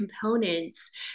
components